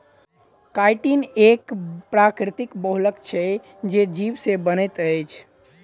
chitin एक प्राकृतिक बहुलक छै जे जीव से बनैत अछि